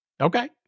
Okay